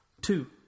Two